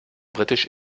britisch